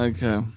Okay